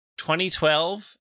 2012